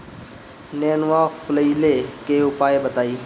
नेनुआ फुलईले के उपाय बताईं?